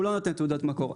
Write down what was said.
הוא לא נותן תעודת מקור.